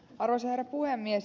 arvoisa herra puhemies